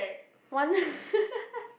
one